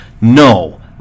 no